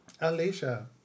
Alicia